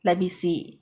let me see